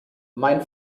mein